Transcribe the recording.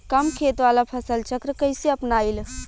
कम खेत वाला फसल चक्र कइसे अपनाइल?